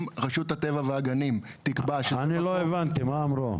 רשות הטבע והגנים תקבע --- לא הבנתי מה הם אמרו.